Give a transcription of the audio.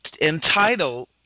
entitled